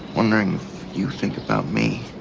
wondering you think about me.